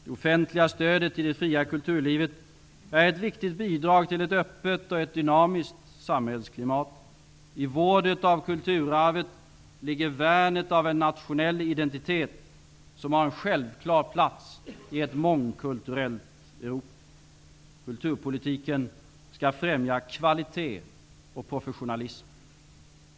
Det offentliga stödet till det fria kulturlivet är ett viktigt bidrag till ett öppet och dynamiskt samhällsklimat. I vården av kulturarvet ligger värnet av en nationell identitet som har en självklar plats i ett mångkulturellt Europa. Kulturpolitiken skall främja kvalitet och professionalism.